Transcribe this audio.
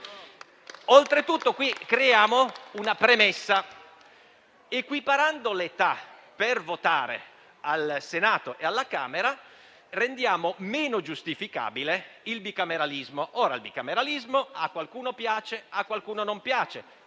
questo modo creiamo una premessa. Equiparando l'età per votare al Senato e alla Camera, rendiamo meno giustificabile il bicameralismo. Ora, il bicameralismo a qualcuno piace e a qualcuno non piace,